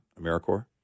AmeriCorps